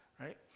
right